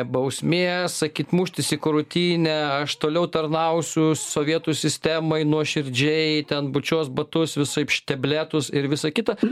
bausmės sakyt muštis į krūtinę aš toliau tarnausiu sovietų sistemai nuoširdžiai ten bučiuos batus visaip štebletus ir visa kita